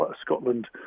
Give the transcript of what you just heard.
Scotland